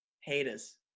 Haters